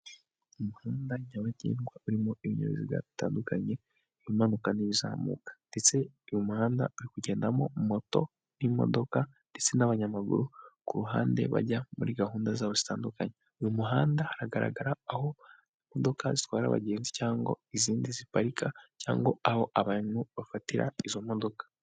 Umuhanda nyabagendwa urimo ibinyabiziga bitandukanye ibimanuka n'ibizamuka ,ndetse uyu muhanda uri kugendamo moto n'imodoka ,ndetse n'abanyamaguru ku ruhande bajya muri gahunda zabo zitandukanye. Uyu muhanda hagaragara aho imodoka zitwara abagenzi cyangwa izindi ziparika cyangwa aho abantu bafatira izo modoka.